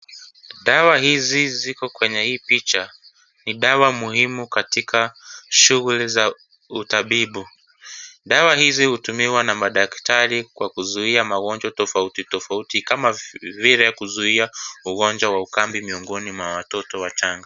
Dawa hizi ziko kwenye hii picha ni dawa muhimu katika shughuli za utabibu. Dawa hizi hutumiwa na madaktari kwa kuzuia magonjwa tofautitofauti kam vile kuzuia ugonjwa wa ukambi miongoni mwa watoto wachanga.